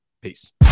Peace